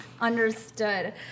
Understood